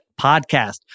podcast